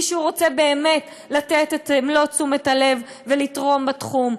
שהוא רוצה באמת לתת את מלוא תשומת הלב ולתרום בתחום.